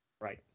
right